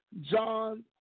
John